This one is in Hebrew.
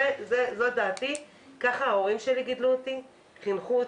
זאת דעתי וכך ההורים שלי גידלו וחינכו אותי.